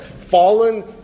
fallen